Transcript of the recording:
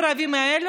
אני מסיים מייד.